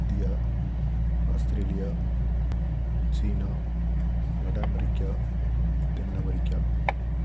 India Australia China வட America தென் America